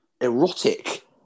erotic